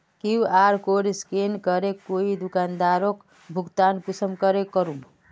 QR code scan करे कोई दुकानदारोक भुगतान कुंसम करे करूम?